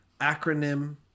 acronym